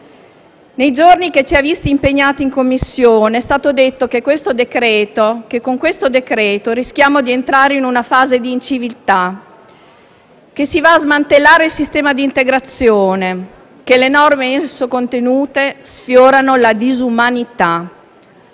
Nei giorni che ci hanno visti impegnati in Commissione è stato detto che con il provvedimento in esame rischiamo di entrare in una fase di inciviltà, che si va a smantellare il sistema di integrazione, che le norme in esso contenute sfiorano la disumanità.